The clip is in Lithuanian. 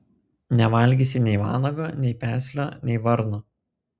nevalgysi nei vanago nei peslio nei varno